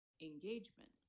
engagement